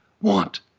want